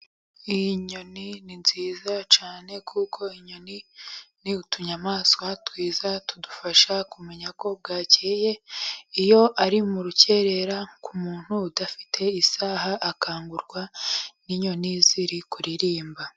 Iyi nyoni ni nziza cyane kuko inyoni ni utunyamaswa twiza tudufasha kumenya ko bwakeye, iyo ari mu rukerera ku muntu udafite isaha akangurwa n'inyoni ziri kuririmba.